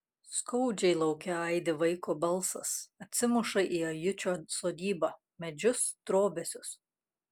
skaudžiai lauke aidi vaiko balsas atsimuša į ajučio sodybą medžius trobesius